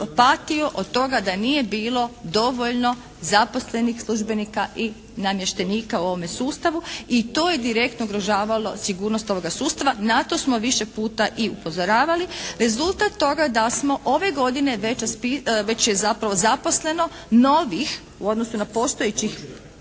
patio od toga da nije bilo dovoljno zaposlenih službenika i namještenika u ovome sustavu i to je direktno ugrožavalo sigurnost ovoga sustava. Na to smo više puta i upozoravali. Rezultat toga da smo ove godine već je zapravo zaposleno novih u odnosu na postojećih